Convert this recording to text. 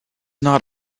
not